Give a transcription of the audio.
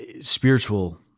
spiritual